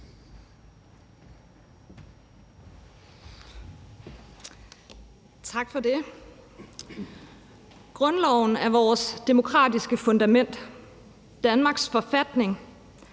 Tak for det. Grundloven er vores demokratiske fundament, Danmarks forfatning,